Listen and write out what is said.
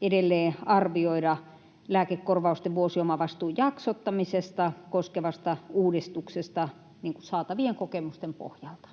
edelleen arvioida lääkekor-vausten vuosiomavastuun jaksottamista koskevasta uudistuksesta saatavien kokemusten pohjalta.